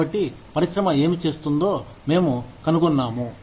కాబట్టి పరిశ్రమ ఏమి చేస్తుందో మేము కనుగొన్నాము